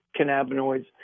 cannabinoids